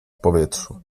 powietrzu